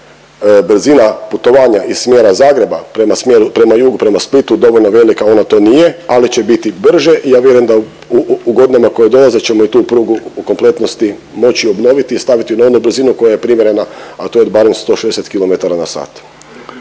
brzina putovanja iz smjera Zagreba prema smjeru, prema jugu, prema Splitu dovoljno velika, ona to nije, ali će biti brže i ja vjerujem da u godinama koje dolaze ćemo i tu prugu u kompletnosti moći obnoviti i staviti u onu brzinu koja je primjerena a to je barem 160 km/h.